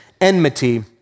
enmity